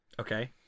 Okay